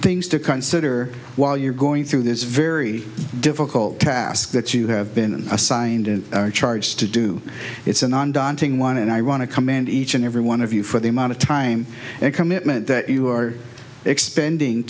things to consider while you're going through this very difficult task that you have been assigned and charged to do it's a non daunting one and i want to commend each and every one of you for the amount of time and commitment that you are expending